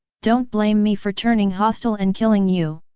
don't blame me for turning hostile and killing you!